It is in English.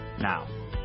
Now